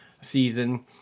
season